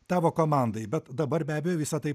tavo komandoj bet dabar be abejo visa tai